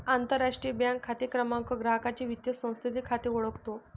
आंतरराष्ट्रीय बँक खाते क्रमांक ग्राहकाचे वित्तीय संस्थेतील खाते ओळखतो